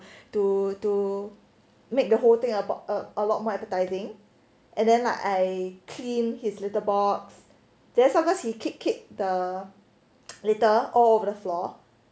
to to make the whole thing about a a lot more appetizing and then like I clean his little box then sometimes he kick kick the litter all over the floor